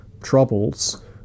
Troubles